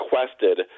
requested